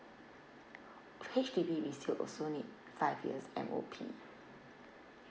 H_D_B resale also need five years M_O_P